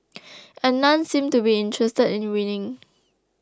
and none seemed to be interested in winning